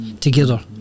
together